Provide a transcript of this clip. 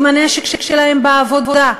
עם הנשק שלהם בעבודה,